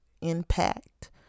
impact